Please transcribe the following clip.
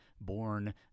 born